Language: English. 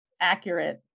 accurate